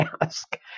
ask